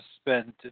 spend